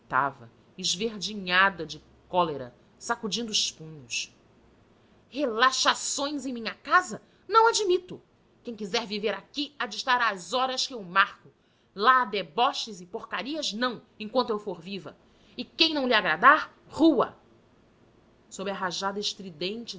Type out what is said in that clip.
gritava esverdinhada de cólera sacudindo os punhos relaxações em minha casa não admito quem quiser viver aqui há de estar às horas que eu marco lá deboches e porcarias não enquanto eu for viva e quem não lhe agradar rua sob a rajada estridente